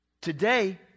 Today